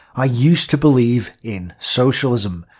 i used to believe in socialism.